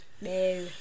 no